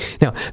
Now